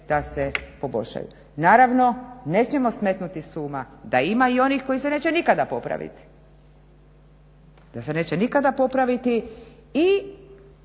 da se poboljšaju. Naravno ne smijemo smetnuti s uma da ima i onih koji se neće nikada popraviti, da se neće nikada popraviti i